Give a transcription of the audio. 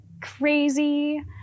crazy